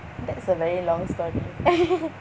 that's a very long story